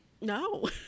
No